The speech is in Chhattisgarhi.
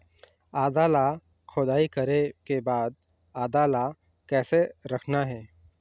आदा ला खोदाई करे के बाद आदा ला कैसे रखना हे?